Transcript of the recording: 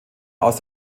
aus